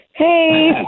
Hey